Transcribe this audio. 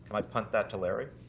i punt that to larry?